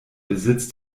besitz